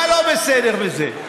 מה לא בסדר בזה?